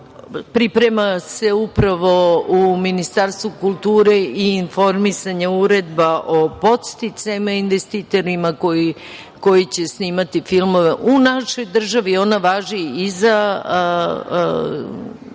Priprema se upravo u Ministarstvu kulture i informisanja uredba o podsticajima investitorima koji će snimati filmove u našoj državi, ona važi iza